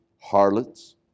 harlots